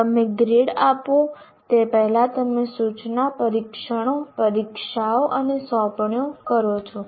તમે ગ્રેડ આપો તે પહેલાં તમે સૂચના પરીક્ષણો પરીક્ષાઓ અને સોંપણીઓ કરો છો